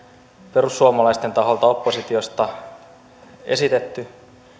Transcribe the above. perussuomalaisten taholta oppositiosta esitetty